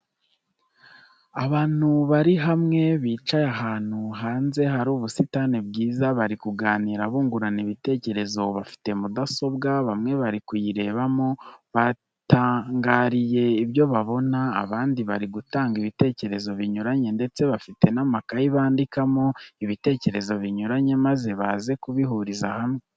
Abantu bari hamwe bicaye ahantu hanze hari ubusitani bwiza bari kuganira bungurana ibitekerezo, bafiite mudasobwa, bamwe bari kuyirebamo batangariye ibyo babona, abandi bari gutanga ibitekerezo binyuranye ndetse bafite n'amakaye bandikamo ibitekerezo binyuranye maze baze kubihuriza hamwe.